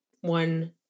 one